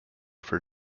for